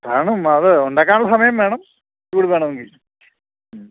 കാരണം അത് ഉണ്ടാക്കാനുള്ള സമയം വേണം ചൂട് വേണമെങ്കിൽ മ്മ്